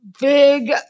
big